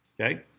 Okay